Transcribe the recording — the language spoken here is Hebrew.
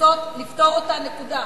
לנסות לפתור אותה, נקודה.